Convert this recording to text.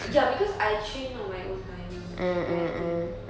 ya because I trained on my own timing that kind of thing